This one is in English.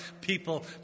people